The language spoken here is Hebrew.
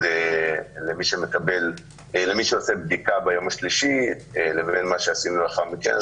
למי שעושה בדיקה ביום השלישי לבין מה שעשינו לאחר מכן,